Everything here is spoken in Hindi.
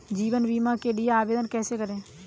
जीवन बीमा के लिए आवेदन कैसे करें?